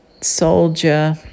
soldier